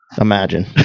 Imagine